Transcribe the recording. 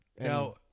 Now